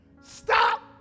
stop